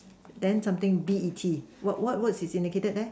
then something B E T what what words is indicated there